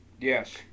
Yes